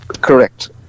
correct